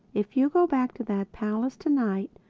if you go back to that palace tonight,